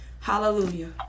Hallelujah